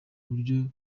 buryo